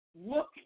look